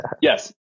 Yes